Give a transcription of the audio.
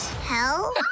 Hell